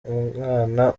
umwana